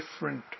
different